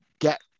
get